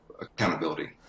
accountability